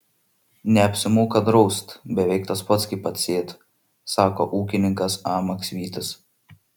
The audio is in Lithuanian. neapsimoka draust beveik tas pats kaip atsėt sako ūkininkas a maksvytis